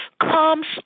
comes